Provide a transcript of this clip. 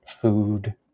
food